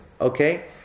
Okay